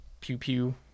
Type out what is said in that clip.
pew-pew